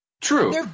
true